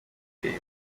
gitera